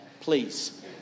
please